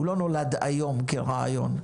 הוא לא נולד היום כרעיון,